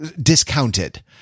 Discounted